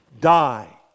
die